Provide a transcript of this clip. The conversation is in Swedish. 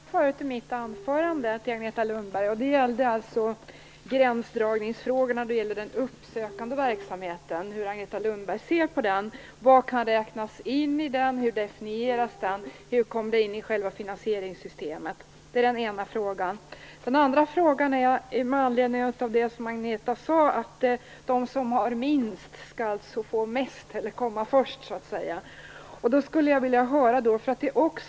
Herr talman! Jag ställde i mitt anförande en fråga till Agneta Lundberg om hur hon ser på gränsdragningsfrågorna i den uppsökande verksamheten. Vad kan räknas in i denna, och hur definieras den? Hur kommer den in i finansieringssystemet? Min andra fråga ställdes med anledning av det som Agneta Lundberg sade om att de som har minst skall få mest eller komma först.